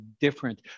different